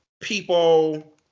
people